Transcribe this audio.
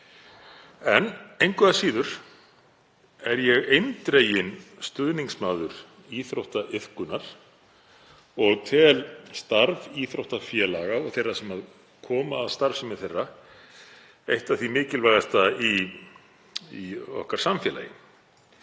Engu að síður er ég eindreginn stuðningsmaður íþróttaiðkunar og tel starf íþróttafélaga og þeirra sem koma að starfsemi þeirra eitt af því mikilvægasta í okkar samfélagi,